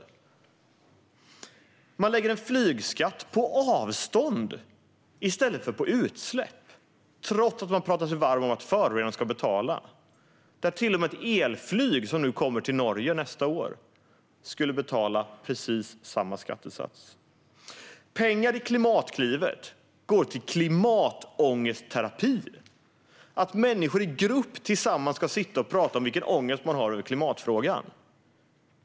Regeringen lägger en flygskatt på avstånd i stället för på utsläpp, trots att man talar sig varm för att förorenaren ska betala. Det skulle innebära att till och med ett elflyg - något som nästa år kommer i Norge - skulle få betala precis samma skattesats. Pengar i Klimatklivet går till klimatångestterapi. Människor ska i grupp sitta tillsammans och tala om vilken ångest de har när det gäller klimatfrågan.